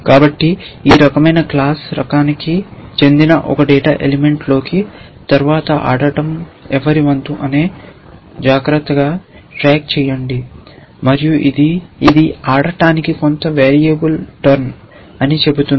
కాబట్టి ఈ రకమైన క్లాస్ రకానికి చెందిన ఒక డేటా ఎలిమెంట్లోకి తరువాత ఆడటం ఎవరి వంతు అని జాగ్రత్తగా ట్రాక్ చేయండి మరియు ఇది ఇది ఆడటానికి కొంత వేరియబుల్ టర్న్ అని చెబుతుంది